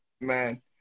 man